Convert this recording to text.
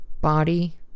body